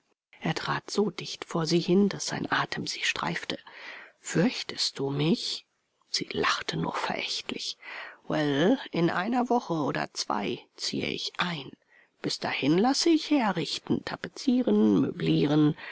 er trat so dicht vor sie hin daß sein atem sie streifte fürchtest du mich sie lachte nur verächtlich well in einer woche oder zwei ziehe ich ein bis dahin lasse ich herrichten tapezieren möblieren